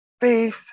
Faith